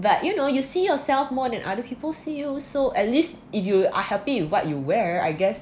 but you know you see yourself more than other people see you so at least if you are happy with what you wear I guess